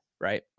right